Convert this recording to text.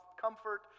comfort